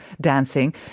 dancing